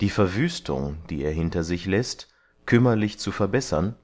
die verwüstung die er hinter sich läßt kümmerlich zu verbessern